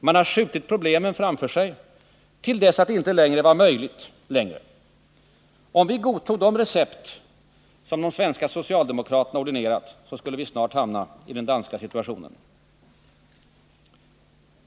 Man har skjutit problemen framför sig till dess att detta inte längre är möjligt. Om vi godtog det recept de svenska socialdemokraterna ordinerat skulle vi snart hamna i den danska situationen.